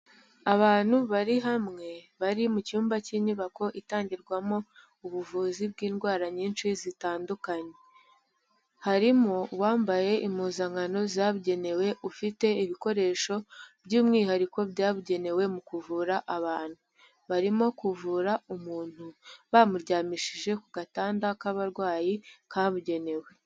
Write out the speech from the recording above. Abantu bari hamwe bari mu cyumba cy'inyubako itangirwamo ubuvuzi bw'indwara nyinshi zitandukanye, harimo uwambaye impuzankano zabugenewe ufite ibikoresho by'umwihariko byabugenewe mu kuvura abantu, barimo kuvura umuntu bamuryamishije ku gatanda k'abarwayi kabugenewe.